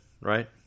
right